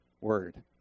word